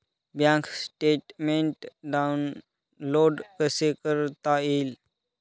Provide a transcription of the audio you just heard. Bank statement download कसे करता येईल?